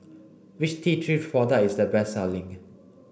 which T three product is the best selling